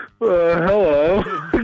hello